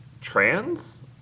trans